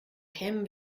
kämen